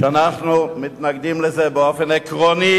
שאנחנו מתנגדים לו באופן עקרוני,